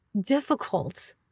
difficult